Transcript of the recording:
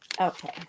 Okay